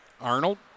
Arnold